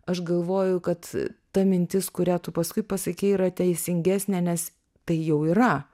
aš galvoju kad ta mintis kurią tu paskui pasakei yra teisingesnė nes tai jau yra